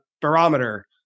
barometer